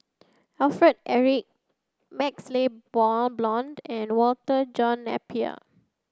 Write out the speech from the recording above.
Alfred Eric MaxLe Blond and Walter John Napier